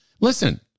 Listen